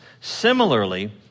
Similarly